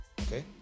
Okay